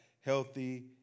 healthy